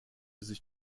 sich